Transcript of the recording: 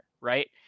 right